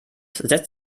setzt